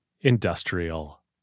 Industrial